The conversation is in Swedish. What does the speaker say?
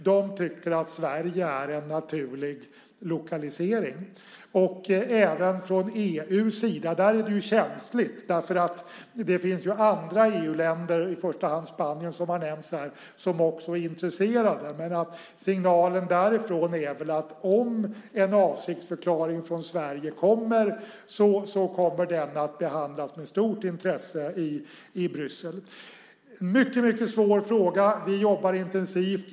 De tycker att Sverige är en naturlig lokalisering. Från EU:s sida är det känsligt. Det finns andra EU-länder, i första hand Spanien som har nämnts här, som också är intresserade. Signalen därifrån är att om det kommer en avsiktsförklaring från Sverige så kommer den att behandlas med stort intresse i Bryssel. Det är en mycket svår fråga. Vi jobbar intensivt med den.